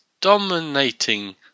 dominating